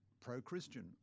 pro-Christian